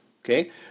Okay